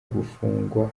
gufungwa